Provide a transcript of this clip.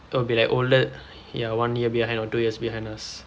will be like older ya one year behind or two years behind us